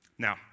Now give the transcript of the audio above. Now